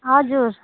हजुर